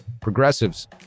progressives